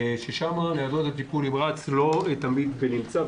ששם ניידות טיפול נמרץ לא תמיד בנמצא.